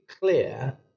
clear